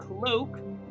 cloak